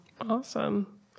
Awesome